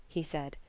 he said.